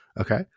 okay